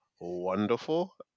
wonderful